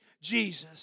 Jesus